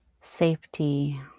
safety